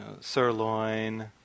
sirloin